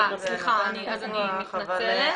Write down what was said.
אז אני מתנצלת.